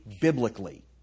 biblically